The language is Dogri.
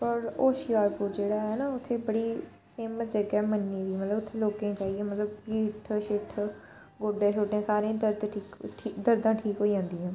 पर होशियारपुर जेह्ड़ा ऐ ना उत्थै बड़ी फेमस जगह मन्नी दी मतलब उत्थै लोकें गी जाइयै मतलब पिट्ठ शिट्ठ गोड्डे शोड्डे सारे ई दर्द ठीक दर्दां ठीक होई जंदियां